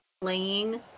playing